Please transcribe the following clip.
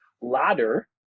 ladder